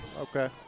Okay